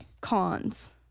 Cons